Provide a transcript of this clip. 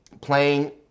playing